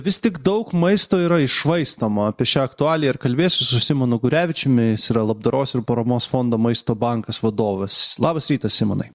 vis tik daug maisto yra iššvaistoma apie šią aktualiją ir kalbėsiu su simonu gurevičiumi jis yra labdaros ir paramos fondo maisto bankas vadovas labas rytas simonai